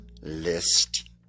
list